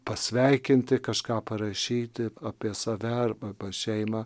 pasveikinti kažką parašyti apie save arba šeimą